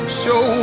show